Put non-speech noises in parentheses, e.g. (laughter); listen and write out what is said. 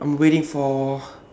i'm waiting for (breath)